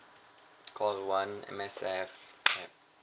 call one M_S_F clap